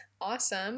Awesome